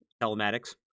telematics